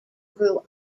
grew